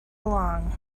along